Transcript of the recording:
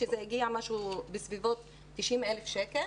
משהו בסביבות 90,000 שקל,